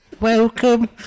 Welcome